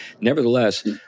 Nevertheless